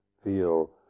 feel